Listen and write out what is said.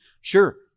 Sure